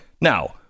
Now